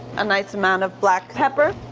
a nice amount of black pepper.